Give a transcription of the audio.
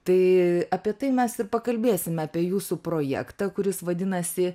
tai apie tai mes ir pakalbėsime apie jūsų projektą kuris vadinasi